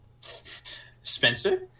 Spencer